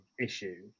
issue